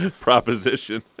proposition